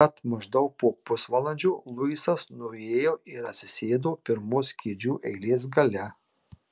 tad maždaug po pusvalandžio luisas nuėjo ir atsisėdo pirmos kėdžių eilės gale